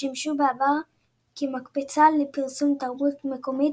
ששימשו בעבר כמקפצה לפרסום תרבות מקומית